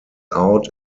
out